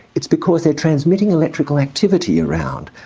it's because they're transmitting electrical activity around.